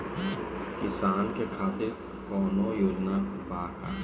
किसानों के खातिर कौनो योजना बा का?